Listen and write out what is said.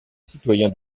citoyens